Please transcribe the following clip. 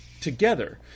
together